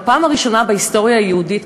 בפעם הראשונה בהיסטוריה היהודית,